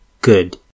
good